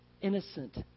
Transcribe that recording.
Innocent